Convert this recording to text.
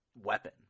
weapon